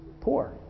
poor